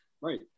Right